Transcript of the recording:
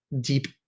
deep